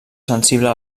sensible